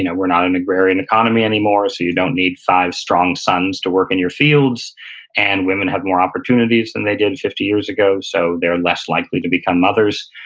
you know we're not in agrarian economy anymore so you don't need five strong sons to work in your fields and women have more opportunities than they did fifty years ago so they're less likely to become mothers.